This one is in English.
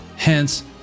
Hence